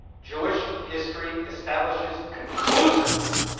jewish history establishes conclusively